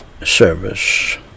service